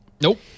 Nope